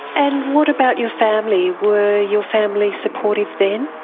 and what about your family were your family supportive then?